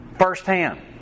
firsthand